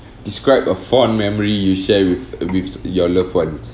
describe a fond memory you share with uh with your loved ones